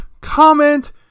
comment